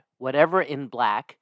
WhateverInBlack